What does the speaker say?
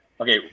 okay